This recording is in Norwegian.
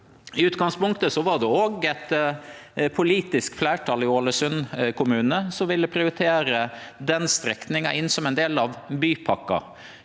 I utgangspunktet var det òg eit politisk fleirtal i Ålesund kommune som ville prioritere den strekninga inn som ein del av bypakka.